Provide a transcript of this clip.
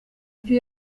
ibyo